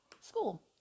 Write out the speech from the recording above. School